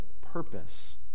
purpose